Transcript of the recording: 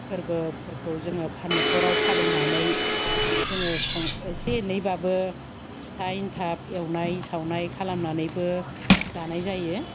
फोरबोफोरखौ जोङो नखराव फालिनानै जोङो एसे एनैबाबो फिथा एनथाब एवनाय सावनाय खालामनानैबो जानाय जायो